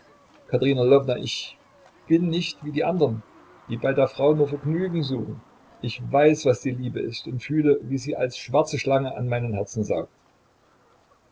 ich bin nicht wie die andern die bei der frau nur vergnügen suchen ich weiß was die liebe ist und fühle wie sie als schwarze schlange an meinem herzen saugt